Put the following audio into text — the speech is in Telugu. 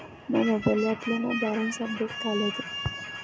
నా మొబైల్ యాప్ లో నా బ్యాలెన్స్ అప్డేట్ కాలేదు